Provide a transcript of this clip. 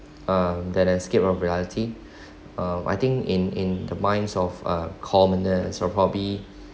uh that escaped of reality um I think in in the minds of uh consumers it's probably